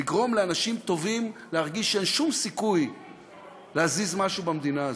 לגרום לאנשים טובים להרגיש שאין שום סיכוי להזיז משהו במדינה הזו.